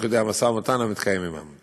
תוך כדי המשא ומתן המתקיים עמם.